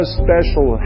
special